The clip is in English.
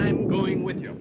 i'm going with you